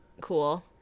cool